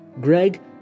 Greg